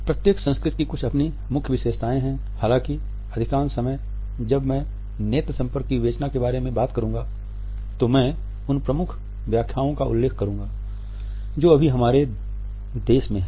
प्रत्येक संस्कृति की कुछ अपनी प्रमुख व्याख्याएँ हैं हालाँकि अधिकांश समय जब मैं नेत्र संपर्क की विवेचना के बारे में बात करूंगा तो मैं उन प्रमुख व्याख्याओं का उल्लेख करूंगा जो अभी हमारे देश में हैं